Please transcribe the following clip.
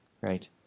right